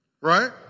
right